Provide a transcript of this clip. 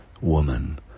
woman